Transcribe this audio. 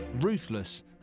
ruthless